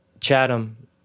Chatham